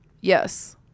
Yes